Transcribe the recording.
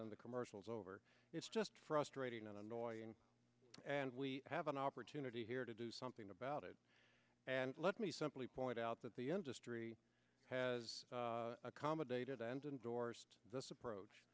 on the commercials over it's just frustrating and annoying and we have an opportunity here to do something about it and let me simply point out that the industry has accommodated and indoors this approach